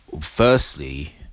Firstly